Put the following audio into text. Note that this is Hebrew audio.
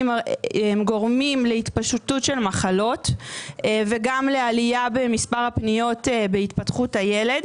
גורמים להתפשטות של מחלות וגם לעלייה במספר הפניות בהתפתחות הילד,